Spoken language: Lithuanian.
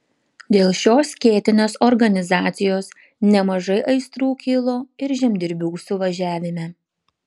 dėl šios skėtinės organizacijos nemažai aistrų kilo ir žemdirbių suvažiavime